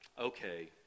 okay